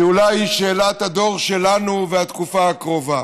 ואולי היא שאלת הדור שלנו והתקופה הקרובה.